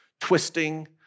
twisting